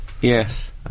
yes